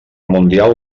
mundial